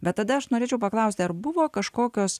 bet tada aš norėčiau paklausti ar buvo kažkokios